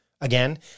Again